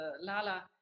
Lala